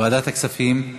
ועדת הכספים.